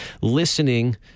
listening